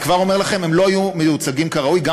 אני כבר אומר לכם: הם לא היו מיוצגים כראוי גם